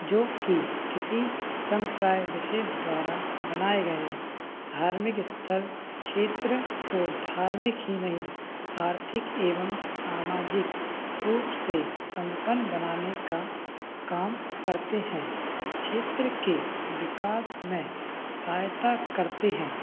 जीकि किसी समुदाय विशेष के द्वारा बनाए गए हैं धार्मिक स्थल क्षेत्र को धार्मिक ही नहीं आर्थिक एवं सामाजिक रूप से सम्पन्न बनाने का काम करते हैं क्षेत्र के विकास में सहायता करते हैं